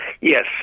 Yes